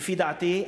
לדעתי,